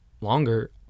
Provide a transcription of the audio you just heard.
longer